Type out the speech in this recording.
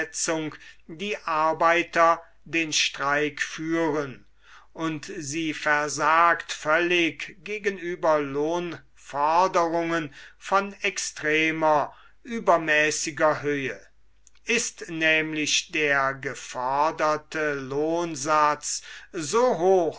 die arbeiter den streik führen und sie versagt völlig gegenüber lohnforderungen von extremer übermäßiger höhe ist nämlich der geforderte lohnsatz so hoch